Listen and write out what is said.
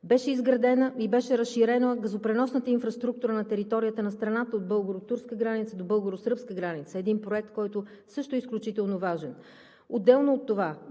Беше изградена и беше разширена газопреносната инфраструктура на територията на страната от българо-турска граница до българо-сръбска граница – един проект, който също е изключително важен. Отделно от това